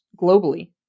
globally